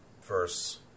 verse